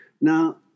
Now